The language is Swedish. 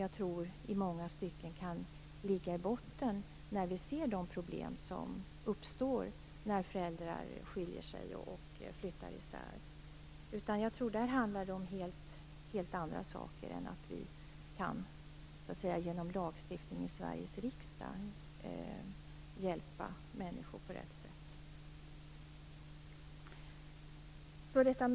Jag tror att det i många stycken kan ligga i botten när vi ser de problem som uppstår när föräldrar skiljer sig och flyttar isär. Jag tror att det handlar om helt andra saker än att vi genom lagstiftning i Sveriges riksdag kan hjälpa människor på rätt sätt.